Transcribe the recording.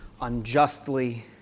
unjustly